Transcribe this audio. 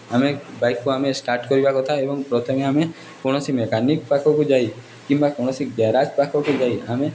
ଆମେ ବାଇକ୍କୁ ଆମେ ଷ୍ଟାର୍ଟ୍ କରିବା କଥା ଏବଂ ପ୍ରଥମେ ଆମେ କୌଣସି ମେକାନିକ୍ ପାଖକୁ ଯାଇ କିମ୍ବା କୌଣସି ଗେରାଜ୍ ପାଖକୁ ଯାଇ ଆମେ